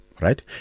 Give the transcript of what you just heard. Right